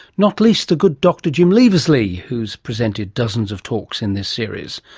not least the good doctor jim leavesley, who's presented dozens of talks in this series.